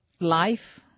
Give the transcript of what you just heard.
life